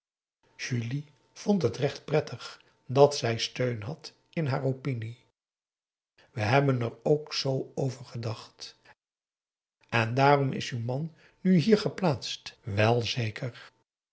julie vond het recht prettig dat zij steun had in haar opinie wij hebben er ook zoo over gedacht en daarom is uw man nu hier geplaatst wel zeker